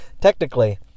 technically